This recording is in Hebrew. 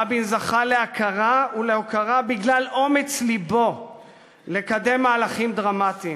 רבין זכה להכרה ולהוקרה בגלל אומץ לבו לקדם מהלכים דרמטיים,